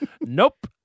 Nope